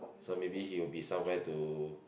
so maybe he will be somewhere to